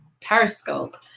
Periscope